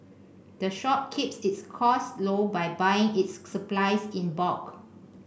the shop keeps its costs low by buying its supplies in bulk